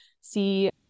see